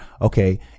okay